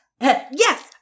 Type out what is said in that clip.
yes